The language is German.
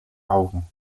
augen